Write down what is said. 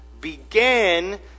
began